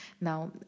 Now